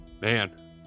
man